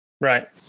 right